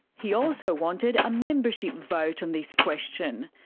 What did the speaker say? he also wanted a membership vote on this question.